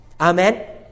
Amen